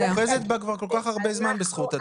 את אוחזת בה כבר כל כך הרבה זמן בזכות הדיבור.